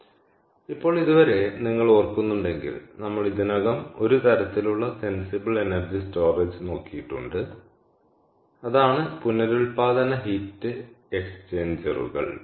അതിനാൽ ഇപ്പോൾ ഇതുവരെ നിങ്ങൾ ഓർക്കുന്നുണ്ടെങ്കിൽ നമ്മൾ ഇതിനകം ഒരു തരത്തിലുള്ള സെൻസിബിൾ എനർജി സ്റ്റോറേജ് നോക്കിയിട്ടുണ്ട് അതാണ് പുനരുൽപ്പാദന ഹീറ്റ് എക്സ്ചേഞ്ചറുകൾ